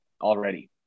already